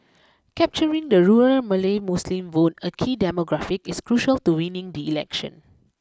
capturing the rural Malay Muslim vote a key demographic is crucial to winning the election